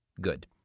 Good